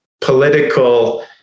political